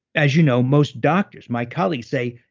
as you know most doctors, my colleagues say,